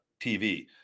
TV